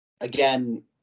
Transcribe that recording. Again